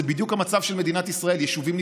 זה בדיוק המצב של מדינת ישראל: יישובים נפרדים,